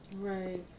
Right